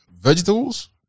vegetables